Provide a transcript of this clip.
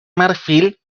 marfil